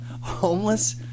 homeless